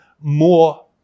more